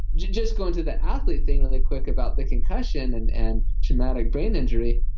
just going to that athlete thing really quick about the concussion and and traumatic brain injury,